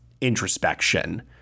introspection